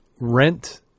Rent